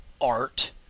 art